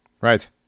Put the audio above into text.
right